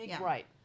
Right